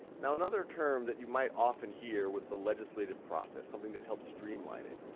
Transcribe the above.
now another term that you might often hear with the legislative process, something that helps streamline it,